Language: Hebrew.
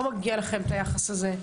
לא מגיע לכם את היחס הזה.